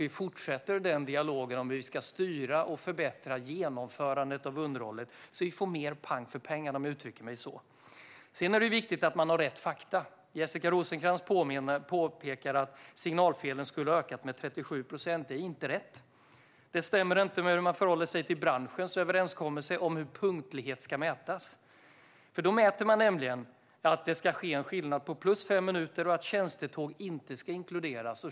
Vi fortsätter den dialogen om hur vi ska styra och förbättra genomförandet av underhållet, så att vi får mer pang för pengarna. Sedan är det viktigt att man har rätt fakta. Jessica Rosencrantz påstod att signalfelen skulle ha ökat med 37 procent. Det är inte rätt. Det stämmer inte om man följer branschens överenskommelse om hur punktlighet ska mätas. Denna överenskommelse innebär att det ska vara en skillnad på plus fem minuter och att tjänstetåg inte ska inkluderas.